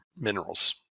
minerals